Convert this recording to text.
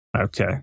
Okay